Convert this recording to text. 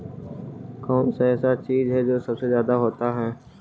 कौन सा ऐसा चीज है जो सबसे ज्यादा होता है?